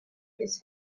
his